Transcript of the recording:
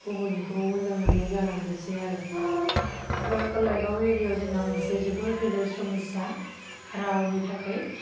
गुबुननिखौ मोजां मोन्नाय जालांनोसै आरो बे कलाइगाव एरियाव जोंहा मोनसे जोबोर गेदेर समयसा रावनि थाखाय